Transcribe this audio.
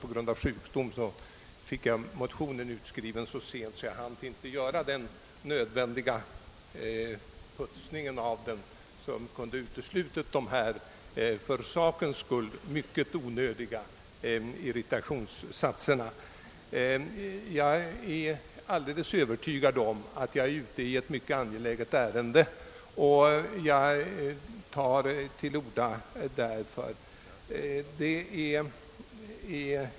På grund av sjukdom fick jag motionen utskriven så sent att jag inte hann göra den nödvändiga putsning som kunde ha uteslutit dessa för sakens skull mycket onödiga, irriterande satser, vilket jag beklagar. Jag är emellertid alldeles övertygad om att jag är ute i ett angeläget ärende.